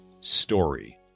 story